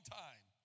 time